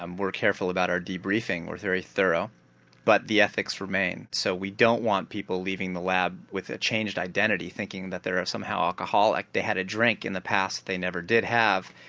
um we're careful about our debriefing we're very thorough but the ethics remain so we don't want people leaving the lab with a changed identity thinking that they are somehow alcoholic. they had a drink in the past that they never did have,